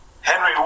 Henry